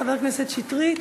31 חברי כנסת בעד,